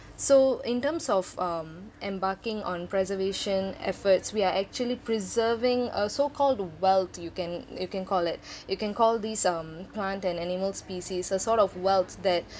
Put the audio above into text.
so in terms of um embarking on preservation efforts we are actually preserving a so called wealth you can you can call it you can call these um plant and animal species as sort of wealth that